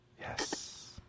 Yes